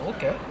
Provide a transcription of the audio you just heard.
Okay